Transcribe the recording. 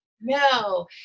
No